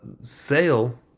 sale